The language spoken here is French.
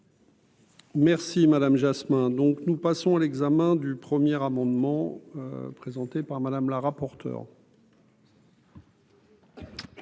Merci madame Jasmin, donc nous passons à l'examen du premier amendement présenté par Madame la rapporteure.